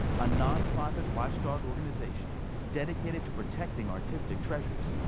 a non profit watchdog organization dedicated to protecting artistic treasures.